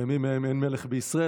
בימים ההם אין מלך בישראל,